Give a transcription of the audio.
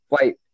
Wait